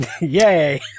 Yay